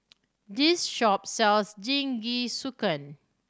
this shop sells Jingisukan